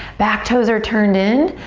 back toes are turned in.